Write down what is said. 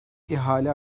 ihale